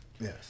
Yes